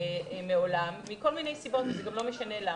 מעולם מכל מיני סיבות, ולא משנה למה.